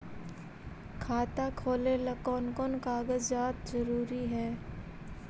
खाता खोलें ला कोन कोन कागजात जरूरी है?